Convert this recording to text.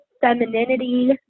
femininity